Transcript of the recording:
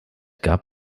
gab